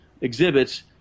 exhibits